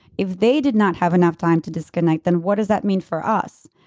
if they did not have enough time to disconnect, then what does that mean for us?